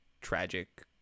tragic